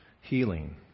healing